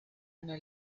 una